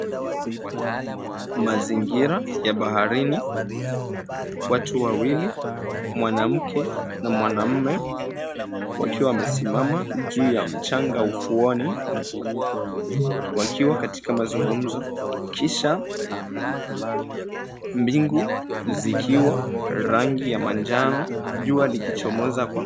Mazingira ya baharini watu wawili, mwanamke na mwanaume wakiwa wamesimama juu ya mchanga ufuoni wakiwa katika mazungumzo kisha mbingu zikiwa rangi ya manjano. Jua likichomoza...